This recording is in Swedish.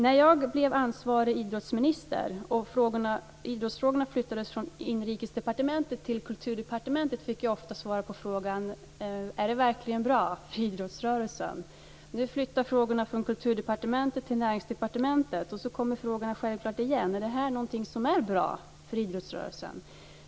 När jag blev ansvarig idrottsminister och idrottsfrågorna flyttades från Inrikesdepartementet till Kulturdepartementet, fick jag ofta svara på frågan om det verkligen är bra för idrottsrörelsen. Nu flyttar frågorna från Kulturdepartementet till Näringsdepartementet. Då kommer frågan självklart igen om det är något som är bra för idrottsrörelsen.